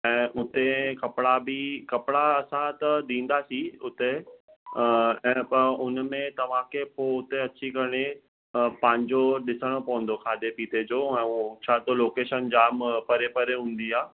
ऐं हुते कपिड़ा बि कपिड़ा असां त ॾींदासि हुते एप आहे हुनमें तव्हांखे पोइ हुते अची करे पंहिंजो ॾिसणो पवंदो खाधे पीते जो ऐं छा थो लोकेशन जाम परे परे हूंदी आहे